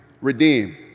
Redeem